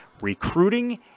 recruiting